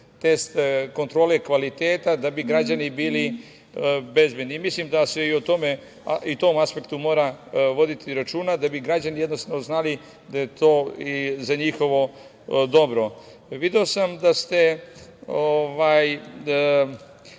test kontrole kvaliteta da bi građani bili bezbedni. Mislim da se i u tom aspektu mora voditi računa da bi građani znali da je to za njihovo dobro. Video sam da ste